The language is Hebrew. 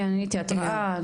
אני עניתי התרעה,